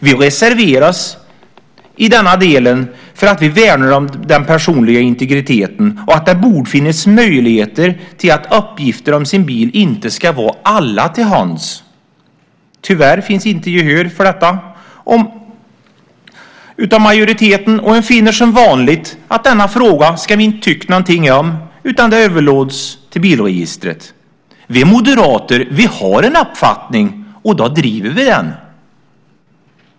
Vi reserverade oss i denna del därför att vi värnar den personliga integriteten och därför att det borde finnas möjligheter att uppgifter om ens bil inte ska vara alla till hands. Tyvärr finns inte gehör för detta hos majoriteten, och man finner som vanligt att denna fråga ska vi inte tycka någonting om utan det överlåts till Bilregistret. Vi moderater har en uppfattning och då driver vi den.